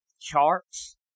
charts